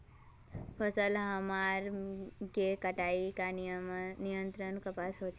फसल हमार के कटाई का नियंत्रण कपास होचे?